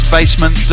Basement